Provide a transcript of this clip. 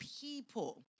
people